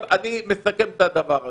אני מסכם את הדבר הזה.